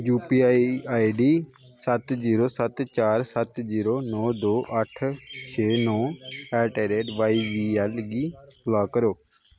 U P I I D सत्त zero सत्त चार सत्त जीरो नौ दो अट्ठ छे नौ at the rate Y B L गी ब्लाक करो